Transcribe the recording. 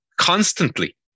constantly